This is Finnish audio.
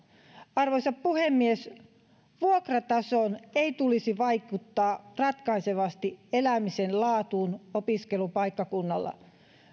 arvoisa puhemies vuokratason ei tulisi vaikuttaa ratkaisevasti elämisen laatuun opiskelupaikkakunnalla